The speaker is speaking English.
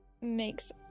makes